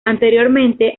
anteriormente